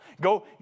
Go